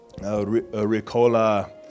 Ricola